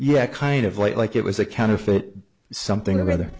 yeah kind of like like it was a counterfeit something or